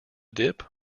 dip